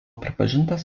pripažintas